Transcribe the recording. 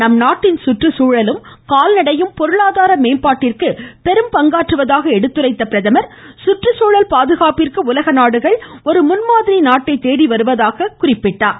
நம்நாட்டின் சுற்றுச்சூழலும் கால்நடையும் பொருளாதார மேம்பாட்டிற்கு பெரும் பங்காற்றுவதாக எடுத்துரைத்த பிரதம் குற்றுச்சூழல் பாதுகாப்பிற்கு உலக நாடுகள் ஒரு முன்மாதிரி நாட்டை தேடி வருவதாக எடுத்துரைத்தார்